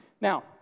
Now